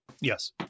Yes